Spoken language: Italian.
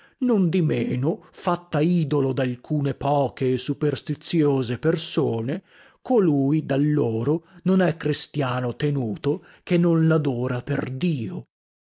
taccia nondimeno fatta idolo dalcune poche e superstiziose persone colui da loro non è cristiano tenuto che non ladora per dio